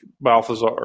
Balthazar